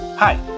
Hi